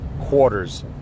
quarters